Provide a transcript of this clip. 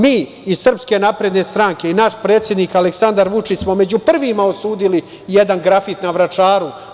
Mi iz SNS i naš predsednik Aleksandar Vučić smo među prvima osudili jedan grafit na Vračaru.